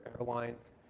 airlines